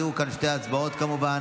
יהיו כאן שתי הצבעות, כמובן.